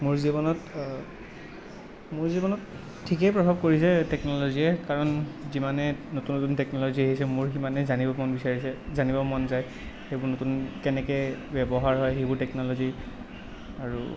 মোৰ জীৱনত মোৰ জীৱনত ঠিকেই প্ৰভাৱ পৰিছে টেকনল'জিয়ে কাৰণ যিমানে নতুন নতুন টেকন'লজি আহিছে মোৰ সিমানে জানিব মন বিচাৰিছে জানিব মন যায় সেইবোৰ নতুন কেনেকে ব্যৱহাৰ হয় সেইবোৰ টেকনলজি আৰু